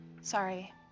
Sorry